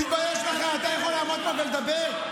תתבייש לך, אתה יכול לעמוד פה ולדבר?